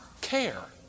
care